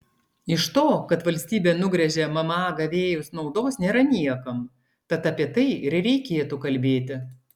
iš to kad valstybė nugręžia mma gavėjus naudos nėra niekam tad apie tai ir reikėtų kalbėti